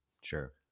sure